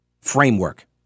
framework